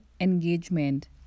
engagement